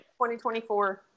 2024